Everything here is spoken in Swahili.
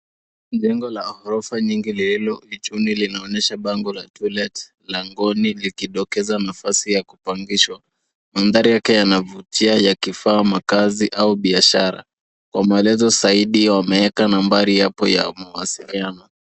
Jengo la ghorofa nyingi lililo mjini linaonyesha bango la, to let, langoni likidokeza nafasi ya kupangishwa. Mandhari yake yanavutia yakifaa makaazi au biashara. Kwa maelezo zaidi wameweka nambari hapo ya mawasiliano.